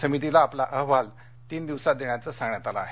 समितीला आपला अहवाल तीन दिवसात देण्याचं सांगण्यात आलं आहे